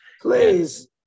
Please